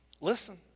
listen